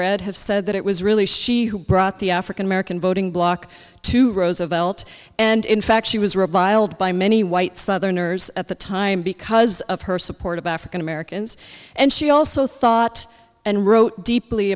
read have said that it was really she who brought the african american voting block to roosevelt and in fact she was reviled by many white southerners at the time because of her support of african americans and she also thought and wrote deeply